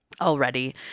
already